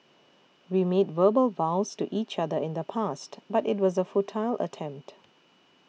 we made verbal vows to each other in the past but it was a futile attempt